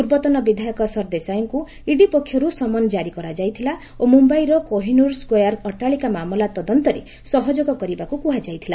ପୂର୍ବତନ ବିଧାୟକ ସରଦେଶାଇଙ୍କୁ ଇଡି ପକ୍ଷରୁ ସମନ ଜାରି କରାଯାଇଥିଲା ଓ ମୁମ୍ବାଇର କୋହେନ୍ଦର ସ୍କୋୟାର ଅଟାଳିକା ମାମଲା ତଦନ୍ତରେ ସହଯୋଗ କରିବାକୁ କୁହାଯାଇଥିଲା